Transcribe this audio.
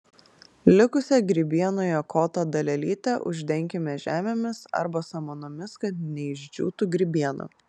likusią grybienoje koto dalelytę uždenkime žemėmis arba samanomis kad neišdžiūtų grybiena